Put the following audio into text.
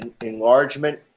enlargement